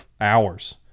hours